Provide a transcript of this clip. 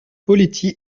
poletti